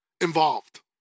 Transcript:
involved